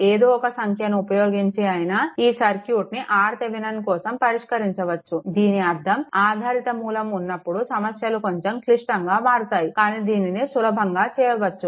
ఏదో ఒక సంఖ్యను ఉపయోగించి అయినా ఈ సర్క్యూట్ని RThevenin కోసం పరిష్కరించవచ్చు దీని అర్థం ఆధారిత మూలం ఉన్నప్పుడు సమస్యలు కొంచెం క్లిష్టంగా మారుతాయి కానీ దీన్ని సులభంగా చేయవచ్చు